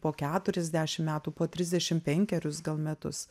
po keturiasdešim metų po trisdešim penkerius gal metus